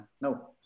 no